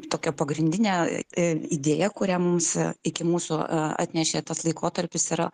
tokia pagrindinė idėja kurią mums iki mūsų atnešė tas laikotarpis yra